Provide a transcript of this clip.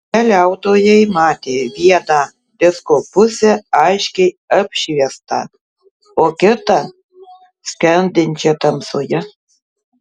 keliautojai matė vieną disko pusę aiškiai apšviestą o kitą skendinčią tamsoje